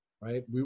right